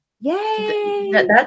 yay